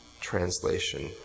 translation